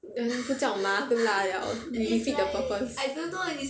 那个叫麻跟辣 liao you defeat the purpose